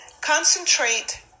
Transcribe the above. Concentrate